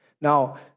Now